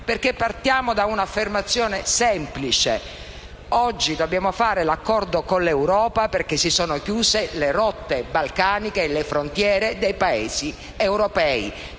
Partiamo da un'affermazione semplice: oggi dobbiamo fare l'accordo con l'Europa perché si sono chiuse le rotte balcaniche e le frontiere dei Paesi europei,